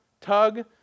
tug